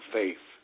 faith